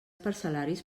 parcel·laris